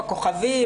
הכוכבים,